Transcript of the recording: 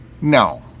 No